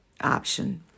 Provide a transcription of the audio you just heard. Option